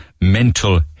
mental